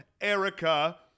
Erica